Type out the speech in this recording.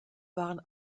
waren